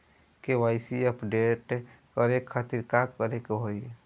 KYC update करे के खातिर का करे के होई?